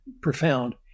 profound